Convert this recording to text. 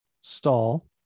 stall